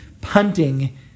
punting